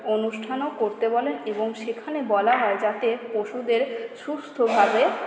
অনুষ্ঠানও করতে বলেন এবং সেখানে বলা হয় যাতে পশুদের সুস্থভাবে